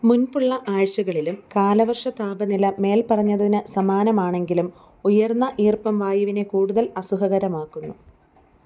മുന്പുള്ള ആഴ്ച്ചകളിലും കാലവര്ഷതാപനില മേൽപ്പറഞ്ഞതിന് സമാനമാണെങ്കിലും ഉയർന്ന ഈർപ്പം വായുവിനെ കൂടുതൽ അസുഖകരമാക്കുന്നു